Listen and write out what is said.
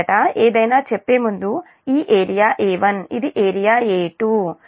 మొదట ఏదైనా చెప్పే ముందు ఈ ఏరియా A1 ఇది ఏరియా A2